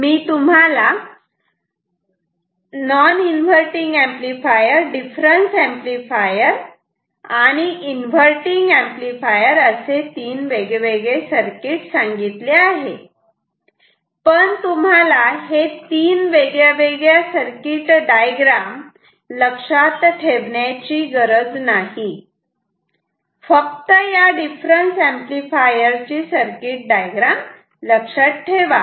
मी तुम्हाला non inverting amplifier difference amplifier inverting amplifier असे तीन वेगवेगळे सर्किट सांगितले आहेत पण तुम्हाला हे तीन वेगवेगळे सर्किट डायग्राम लक्षात ठेवण्याची गरज नाही फक्त या डिफरन्स एम्पलीफायर ची सर्किट डायग्राम लक्षात ठेवा